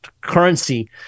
currency